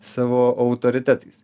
savo autoritetais